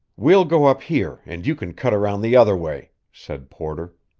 we'll go up here, and you can cut around the other way, said porter.